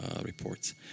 reports